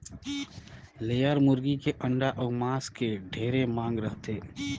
layer मुरगी के अंडा अउ मांस के ढेरे मांग रहथे